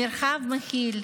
מרחב מכיל.